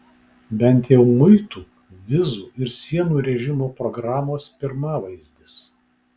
bent jau muitų vizų ir sienų režimo programos pirmavaizdis